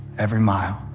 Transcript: every mile,